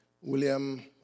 William